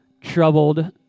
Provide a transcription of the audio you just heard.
troubled